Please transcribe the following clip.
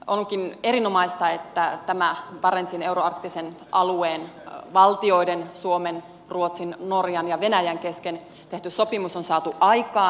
onkin erinomaista että barentsin euroarktisen alueen valtioiden suomen ruotsin norjan ja venäjän kesken tehty sopimus on saatu aikaan